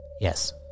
Yes